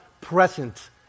present